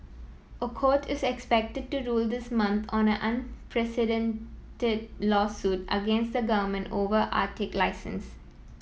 a court is expected to rule this month on an unprecedented lawsuit against the government over Arctic license